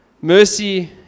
Mercy